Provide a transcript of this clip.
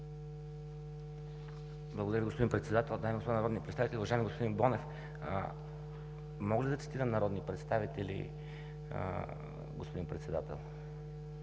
Благодаря Ви, господин Председател. Дами и господа народни представители! Уважаеми господин Бонев! Мога ли да цитирам народни представители, господин Председател?